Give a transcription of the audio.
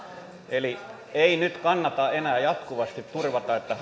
eli ei nyt kannata enää jatkuvasti turvata siihen että